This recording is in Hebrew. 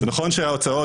ונכון שההצעות,